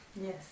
Yes